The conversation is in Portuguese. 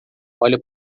olha